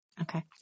Okay